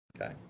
Okay